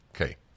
Okay